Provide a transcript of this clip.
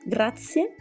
Grazie